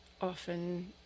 often